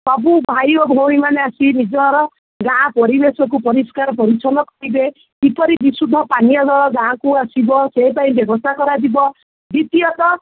ସବୁ ଭାଇ ଓ ଭଉଣୀମାନେ ଆସି ନିଜର ଗାଁ ପରିବେଶକୁ ପରିଷ୍କାର ପରିଚ୍ଛନ୍ନ କରିବେ କିପରି ବିଶୁଦ୍ଧ ପାନୀୟ ଜଳ ଗାଁକୁ ଆସିବ ସେ ପାଇଁ ବ୍ୟବସ୍ଥା କରାଯିବ ଦ୍ୱିତୀୟତଃ